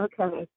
okay